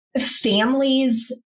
families